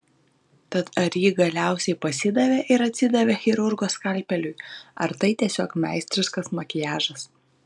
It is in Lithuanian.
tad ar ji galiausiai pasidavė ir atsidavė chirurgo skalpeliui ar tai tiesiog meistriškas makiažas